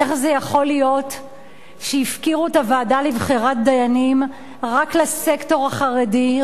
איך זה יכול להיות שהפקירו את הוועדה לבחירת דיינים רק לסקטור החרדי,